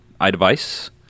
iDevice